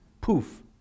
poof